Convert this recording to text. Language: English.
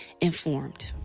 informed